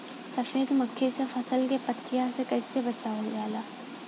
सफेद मक्खी से फसल के पतिया के कइसे बचावल जाला?